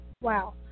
Wow